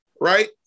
right